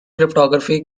cryptography